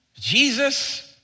Jesus